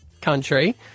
country